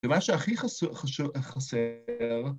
ומה שהכי חסר